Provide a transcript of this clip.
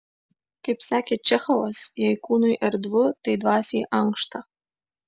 kaip sakė čechovas jei kūnui erdvu tai dvasiai ankšta